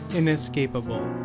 inescapable